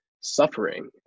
suffering